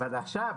אבל עכשיו,